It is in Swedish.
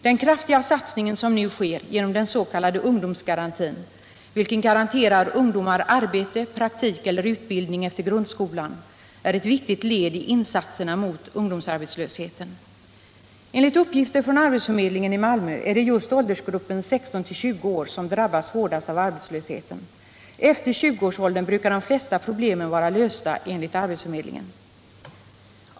Den kraftiga satsning som nu sker genom den s.k. ungdomsgarantin, vilken garanterar ungdomar arbete, praktik eller utbildning efter grundskolan, är ett viktigt led i insatserna mot ungdomsarbetslösheten. Enligt uppgifter från arbetsförmedlingen i Malmö är det just åldersgruppen 16-20 år som drabbas hårdast av arbetslösheten. Efter 20-årsåldern brukar de flesta problemen vara lösta, enligt arbetsförmedlingen.